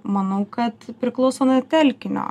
manau kad priklauso nuo telkinio